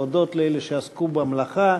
להודות לאלה שעסקו במלאכה,